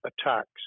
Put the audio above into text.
attacks